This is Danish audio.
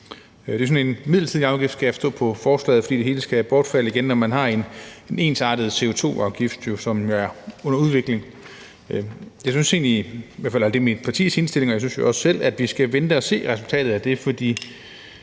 Det er sådan en midlertidig afgift, kan jeg forstå på forslaget, fordi det hele skal bortfalde igen, når man har en ensartet CO2-afgift, som jo er under udvikling. Jeg synes selv, og det er også mit partis indstilling, at vi skal vente og se resultatet af det, for